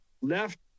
left